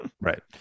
Right